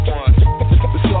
one